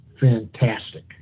fantastic